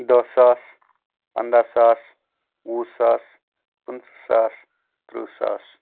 دَہ ساس پَنٛدَہ ساس وُہہ ساس پٕنٛژٕ ساس تٕرٛہ ساس